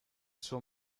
suo